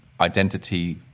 identity